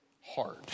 hard